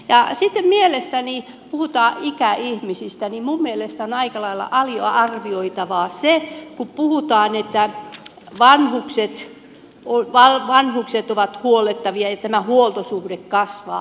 sitten kun puhutaan ikäihmisistä niin minun mielestäni on aika lailla aliarvioivaa se kun puhutaan että vanhukset ovat huollettavia ja tämä huoltosuhde kasvaa